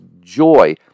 joy